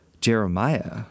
Jeremiah